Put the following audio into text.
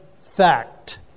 fact